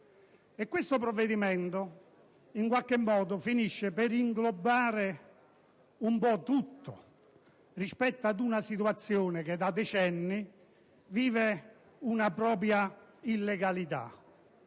qualche modo, finisce per inglobare tutto rispetto ad una situazione che da decenni vive una propria illegalità;